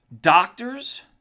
doctors